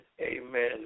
amen